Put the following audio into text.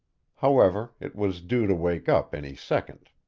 however, it was due to wake up any second.